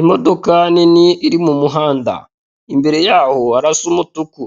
Imodoka nini iri mumuhanda imbere yaho harasa umutuku,